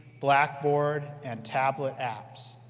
blackboard and tablet apps.